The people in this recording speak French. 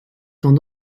temps